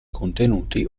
contenuti